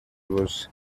was